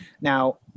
Now